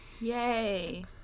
Yay